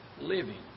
living